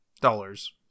dollars